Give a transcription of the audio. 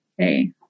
Okay